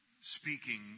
speaking